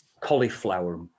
cauliflower